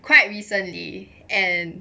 quite recently and